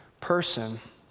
person